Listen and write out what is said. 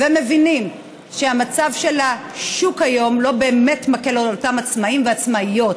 ומבינים שהמצב של השוק היום לא באמת מקל על אותם עצמאים ועצמאיות: